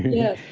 yeah.